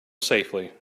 safely